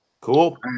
Cool